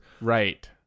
right